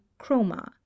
chroma